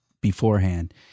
beforehand